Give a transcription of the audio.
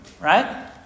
Right